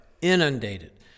inundated